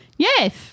Yes